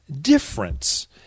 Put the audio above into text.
difference